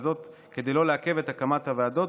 וזאת כדי לא לעכב את הקמת הוועדות,